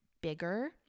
bigger